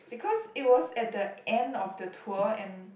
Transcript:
because it was at the end of the tour and